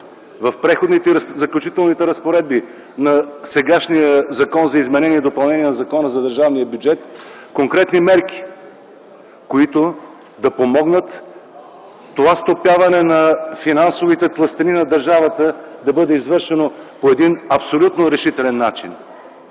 в Преходните и заключителните разпоредби на сегашния Закон за изменение и допълнение на Закона за държавния бюджет конкретни мерки, които да помогнат това стопяване на финансовите тлъстини на държавата да бъде извършено по един решителен начин.